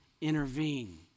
intervene